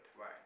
Right